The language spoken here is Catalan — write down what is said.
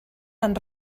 han